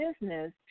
business